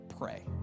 pray